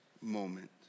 moment